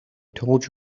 told